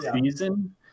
season